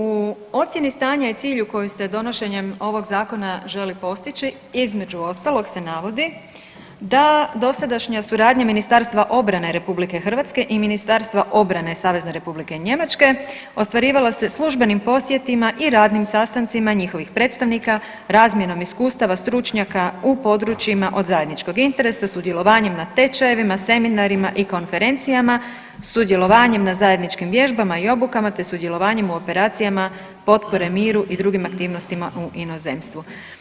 U ocjeni stanja i cilju koji se donošenjem ovog zakona želi postići, između ostalog se navodi da dosadašnja suradnja Ministarstva obrane Republike Hrvatske i Ministarstva obrane Savezne Republike Njemačke ostvarivalo se službenim posjetima i radnim sastancima njihovih predstavnika, razmjenom iskustava stručnjaka u područjima od zajedničkog interese, sudjelovanjem na tečajevima, seminarima i konferencijama, sudjelovanjem na zajedničkim vježbama i obukama, te sudjelovanjima u operacijama potpore miru i drugim aktivnostima u inozemstvu.